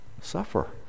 suffer